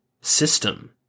system